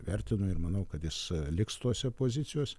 vertinu ir manau kad jis liks tose pozicijose